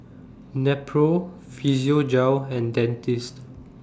Nepro Physiogel and Dentiste